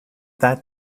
that